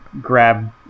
grab